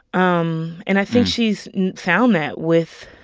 um and i think she's found that with,